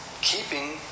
keeping